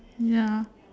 ya